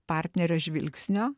partnerio žvilgsnio